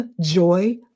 joy